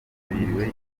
ryitabiriwe